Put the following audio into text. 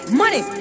money